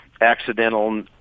accidental –